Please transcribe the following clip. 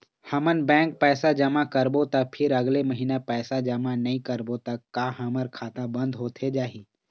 हमन बैंक पैसा जमा करबो ता फिर अगले महीना पैसा जमा नई करबो ता का हमर खाता बंद होथे जाही?